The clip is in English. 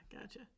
gotcha